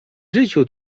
życiu